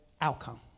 outcome